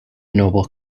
noble